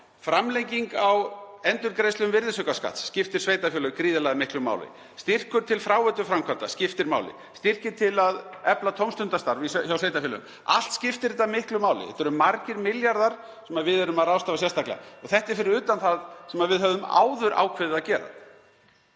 Framlenging á endurgreiðslu virðisaukaskatts skiptir þau gríðarlega miklu máli. Styrkur til fráveituframkvæmda skiptir máli og styrkir til að efla tómstundastarf hjá sveitarfélögum. Allt skiptir þetta miklu máli. Þetta eru margir milljarðar sem við erum að ráðstafa sérstaklega. (Forseti hringir.) Og þetta er fyrir utan það sem við höfðum áður ákveðið að gera.